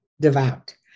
devout